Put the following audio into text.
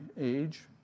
age